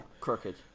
Crooked